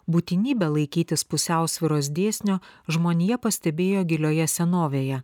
būtinybę laikytis pusiausvyros dėsnio žmonija pastebėjo gilioje senovėje